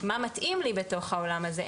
מה מתאים לי בתוך העולם הזה,